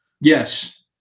Yes